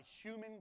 human